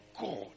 God